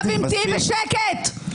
תהיי בשקט.